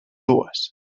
dues